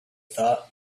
thought